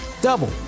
double